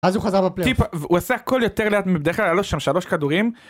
אז הוא חזר בפלאש, הוא עושה הכל יותר לאט מבדל של 3 כדורים.